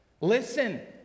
listen